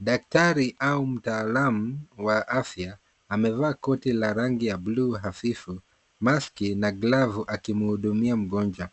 Daktari au mtaalamu wa afya amevaa koti la rangi ya blue hafifu, maski na glavu aki mhudumia mgonjwa.